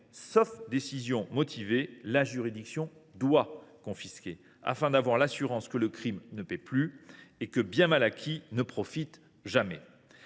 sauf décision motivée, la juridiction doit confisquer, afin de s’assurer que le crime ne paie plus, et que bien mal acquis ne profite jamais.